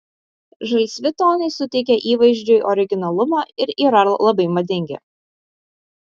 žalsvi tonai suteikia įvaizdžiui originalumo ir yra labai madingi